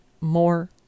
more